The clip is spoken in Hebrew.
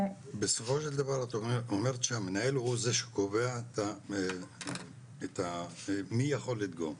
בסופו של דבר את אומרת שהמנהל הוא זה שקובע מי יכול לדגום,